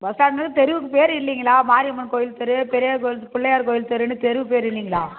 bus stand தெருவுக்கு பேர் இல்லைங்களா மாரியம்மன் கோயில் தெரு பெரியார் கோயில் பிள்ளையார் கோயில் தெருன்னு தெரு பேர் இல்லைங்களா